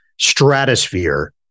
stratosphere